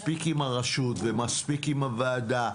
מספיק עם הרשות ומספיק עם הוועדה.